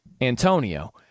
Antonio